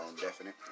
definite